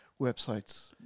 websites